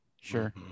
Sure